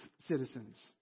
citizens